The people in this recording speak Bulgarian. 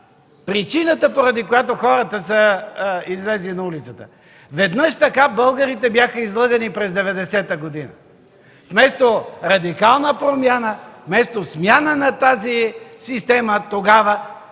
причината, поради която хората са излезли на улицата. Веднъж българите бяха излъгани така през 1990 г. – вместо радикална промяна, вместо смяна на тази система, тогава